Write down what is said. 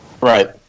Right